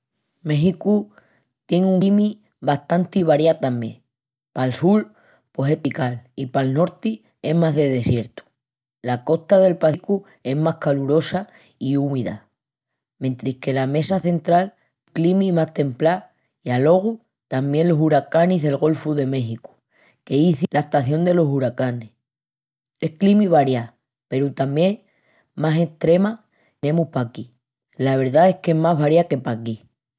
Méxicu tien una climi bastanti variá tamién, pal sul pos es tropical i pal norti es más de desiertu. La costa del Pacíficu es más calorosa i úmida mentris que la mesa central tien una climi más templá i alogu tamién los huracanis del Golfu de Méxicu, que l'izin la estación delos huracanes. Es climi variá peru tamién más estremá que la que tenemus paquí, la verdá es que es más variá que paquí.